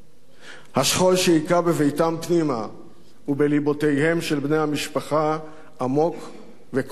השכול שהכה בביתם פנימה ובליבותיהם של בני המשפחה עמוק וכואב מכול.